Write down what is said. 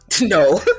no